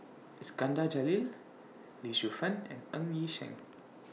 Iskandar Jalil Lee Shu Fen and Ng Yi Sheng